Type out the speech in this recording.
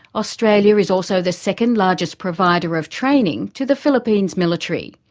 australia is also the second largest provider of training to the philippines military.